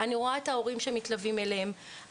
ואני רואה את ההורים שמתלווים אליהם.